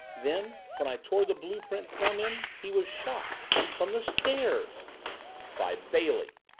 then when i tore the blue-print from him he was shot from the stairs by bailey!